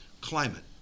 climate